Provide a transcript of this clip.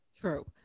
True